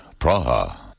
Praha